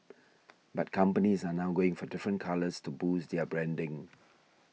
but companies are now going for different colours to boost their branding